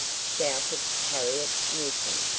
shouted harriet newcomb.